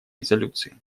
резолюции